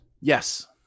Yes